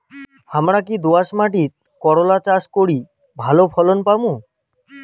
হামরা কি দোয়াস মাতিট করলা চাষ করি ভালো ফলন পামু?